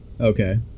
Okay